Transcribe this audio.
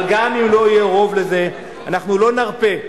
אבל גם אם לא יהיה רוב לזה אנחנו לא נרפה,